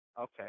Okay